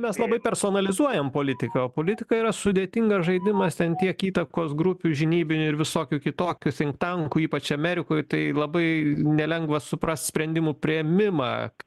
mes labai personalizuojam politiką o politika yra sudėtingas žaidimas ten tiek įtakos grupių žinybinių ir visokių kitokių sinktankų ypač amerikoj tai labai nelengva suprast sprendimų priėmimą